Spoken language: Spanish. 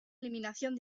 eliminación